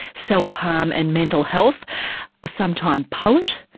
self-harm and mental health a sometime poet,